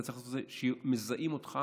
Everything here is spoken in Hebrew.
אז אתה צריך לעשות את זה כשמזהים אותך,